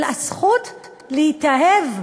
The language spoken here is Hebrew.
על הזכות להתאהב.